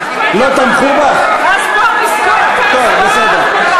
טוב, בסדר.